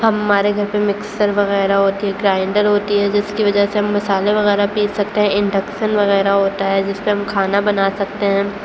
ہمارے گھر پہ مکسر وغیرہ ہوتی ہے گرائنڈر ہوتی ہے جس کی وجہ سے ہم مسالے وغیرہ پیس سکتے ہیں انڈکسن وغیرہ ہوتا ہے جس پہ ہم کھانا بنا سکتے ہیں